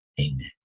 Amen